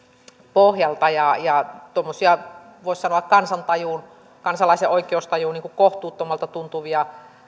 pohjalta ja ja tuommoisia voisi sanoa kansalaisten oikeustajuun kohtuuttomalta tuntuvia